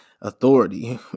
authority